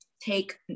take